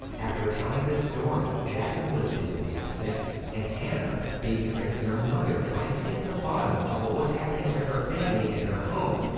after telling this story, jackson was visibly upset, and hannah, being a concerned mother trying to get to the bottom of what was happening to her family and her home,